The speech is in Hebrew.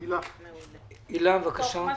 הילה, בבקשה.